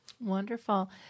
Wonderful